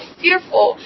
fearful